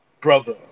brother